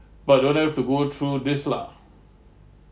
but don't have to go through this lah